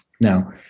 Now